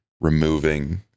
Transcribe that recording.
removing